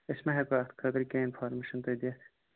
أسۍ ما ہیکو اَتھ خٲطرٕ کیٚنٛہہ اِنفارمٮ۪شن تۄہہِ دِتھ